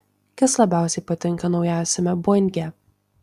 kas labiausiai patinka naujausiame boinge